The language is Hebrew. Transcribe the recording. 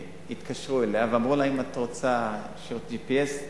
שהתקשרו אליה ואמרו לה: אם אתה רוצה שירות GPS,